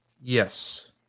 Yes